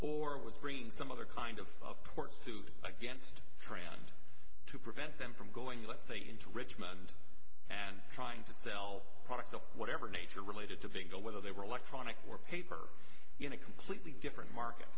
it was bringing some other kind of court food against trans to prevent them from going let's say into richmond and trying to sell products of whatever nature related to bingo whether they were electronic or paper in a completely different market